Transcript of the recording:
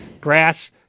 Grass